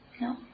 No